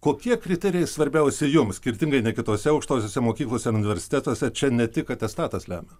kokie kriterijai svarbiausi jums skirtingai nei kitose aukštosiose mokyklose universitetuose čia ne tik atestatas lemia